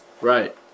Right